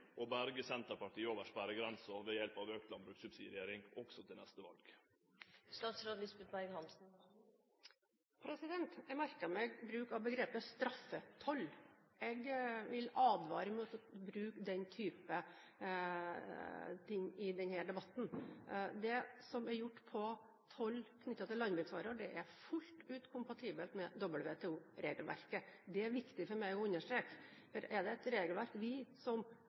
berge Senterpartiet over sperregrensa ved hjelp av auka landbrukssubsidiering også til neste val? Jeg merker meg bruken av begrepet «straffetoll». Jeg vil advare mot å bruke den type ting i denne debatten. Det som er gjort vedrørende toll knyttet til landbruksvarer, er fullt ut kompatibelt med WTO-regelverket. Det er viktig for meg å understreke, for er det et regelverk vi, som